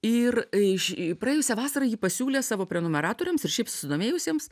ir iš praėjusią vasarą ji pasiūlė savo prenumeratoriams ir šiaip susidomėjusiems